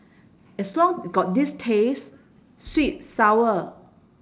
as long got this taste sweet sour